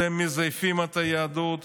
אתם מזייפים את היהדות,